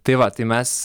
tai va tai mes